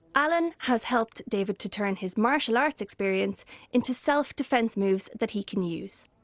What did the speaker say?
alan has helped david to turn his martial arts experience into self-defence moves that he can use